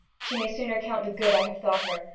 she may sooner count the good i have thought her,